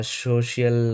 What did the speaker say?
social